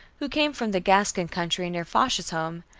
who came from the gascon country near foch's home,